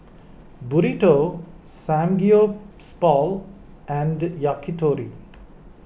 Burrito Samgeyopsal and Yakitori